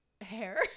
hair